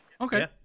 Okay